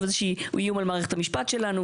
איזה שהוא איום על מערכת המשפט שלנו,